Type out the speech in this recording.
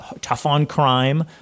tough-on-crime